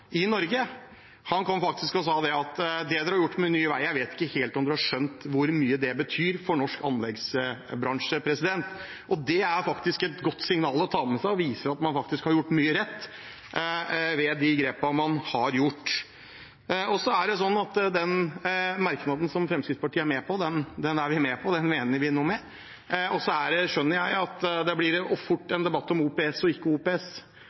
i Norge faktisk kom og sa at vi kanskje ikke helt hadde skjønt hvor mye det vi har gjort med Nye Veier, betyr for norsk anleggsbransje. Det er et godt signal å ta med seg, for det viser at man faktisk har gjort mye rett ved de grepene man har tatt. Den merknaden som Fremskrittspartiet er med på, mener vi noe med. Jeg skjønner at det fort blir en debatt om OPS eller ikke OPS, men for Fremskrittspartiet handler det ikke så veldig mye om hvilken modell man velger; det handler mye mer om at vi skal gjøre det.